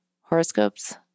horoscopes